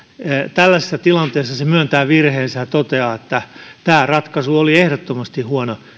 tällaisessa tilanteessa se myöntää virheensä ja toteaa että tämä ratkaisu oli ehdottomasti huono